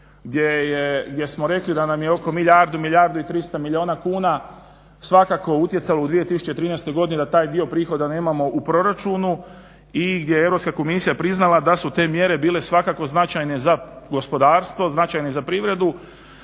gdje smo rekli da nam je oko milijardu, milijardu i 300 milijuna kuna svakako utjecalo u 2013.godini da taj dio prihoda nemamo u proračunu i gdje je Europska komisija priznala da su te mjere bile značajne za gospodarstvo, značajne za privredu.